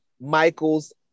Michael's